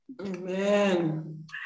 Amen